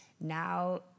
now